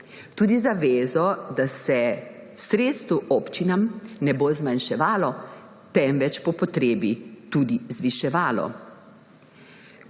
Tudi zavezo, da se sredstev občinam ne bo zmanjševalo, temveč po potrebi tudi zviševalo,